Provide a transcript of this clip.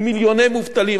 עם מיליוני מובטלים,